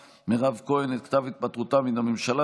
מירב כהן את כתב התפטרותה מן הממשלה,